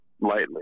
lightly